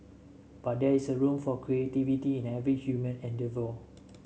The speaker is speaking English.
but there is a room for creativity in every human endeavour